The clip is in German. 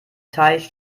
teich